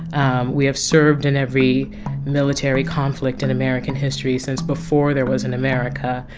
um we have served in every military conflict in american history since before there was an america,